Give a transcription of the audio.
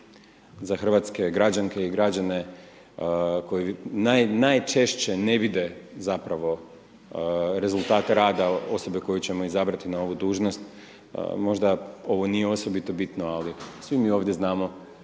za hrvatske građanke i građane koji najčešće ne vide zapravo rezultate rada osobe koju ćemo izabrati na ovu dužnost, možda ovo nije osobito bitno ali svi mi ovdje znamo